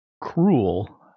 cruel